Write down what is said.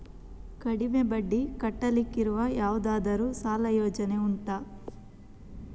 ಕಡಿಮೆ ಬಡ್ಡಿ ಕಟ್ಟಲಿಕ್ಕಿರುವ ಯಾವುದಾದರೂ ಸಾಲ ಯೋಜನೆ ಉಂಟಾ